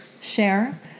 share